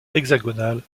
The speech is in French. hexagonale